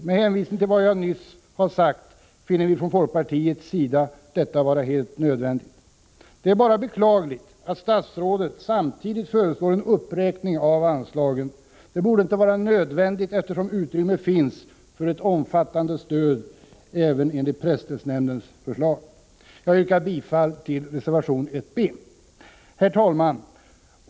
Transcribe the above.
Med hänvisning till vad jag nyss har sagt finner vi från folkpartiets sida detta vara helt nödvändigt. Det är bara beklagligt att statsrådet samtidigt föreslår en uppräkning av anslaget. Detta borde inte vara nödvändigt, eftersom utrymme finns för ett omfattande stöd även enligt presstödsnämndens förslag. Jag yrkar bifall till reservation 1 b vid konstitutionsutskottets betänkande 23; Herr talman!